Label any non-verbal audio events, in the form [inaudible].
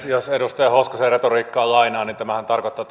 [unintelligible] jos edustaja hoskosen retoriikkaa lainaan niin tämä yrittäjävähennyshän tarkoittaa [unintelligible]